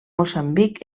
moçambic